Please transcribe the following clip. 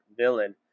villain